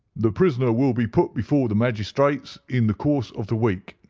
the prisoner will be put before the magistrates in the course of the week,